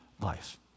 life